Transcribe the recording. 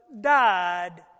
died